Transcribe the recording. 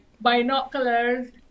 binoculars